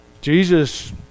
Jesus